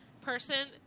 person